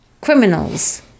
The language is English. criminals